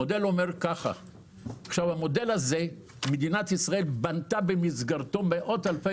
במסגרת המודל הזה מדינת ישראל בנתה מאות אלפי